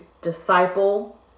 disciple